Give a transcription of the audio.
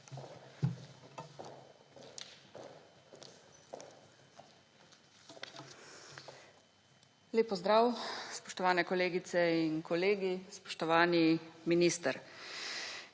Lep pozdrav, spoštovani kolegice in kolegi, spoštovani minister!